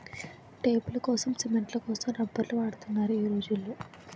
టేపులకోసం, సిమెంట్ల కోసం రబ్బర్లు వాడుతున్నారు ఈ రోజుల్లో